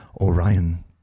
Orion